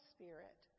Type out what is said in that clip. Spirit